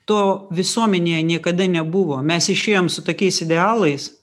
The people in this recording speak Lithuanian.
to visuomenėje niekada nebuvo mes išėjom su tokiais idealais